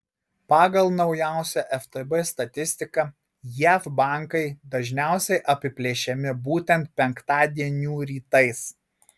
pagal naujausią ftb statistiką jav bankai dažniausiai apiplėšiami būtent penktadienių rytais